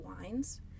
wines